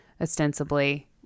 Ostensibly